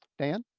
dan.